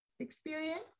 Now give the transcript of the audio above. experience